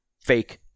fake